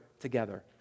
together